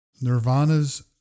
Nirvana's